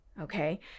Okay